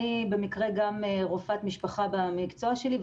אני רופאת משפחה במקצוע שלי,